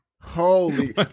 Holy